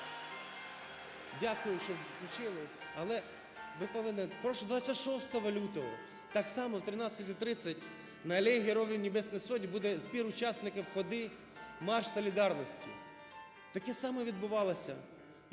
Дякую, що включили. Але ви повинні… Прошу 26 лютого так само о 13:30 на Алеї Героїв Небесної Сотні буде збір учасників ходи "Марш солідарності". Таке саме відбувалося